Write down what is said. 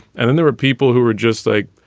and then there were people who were just like,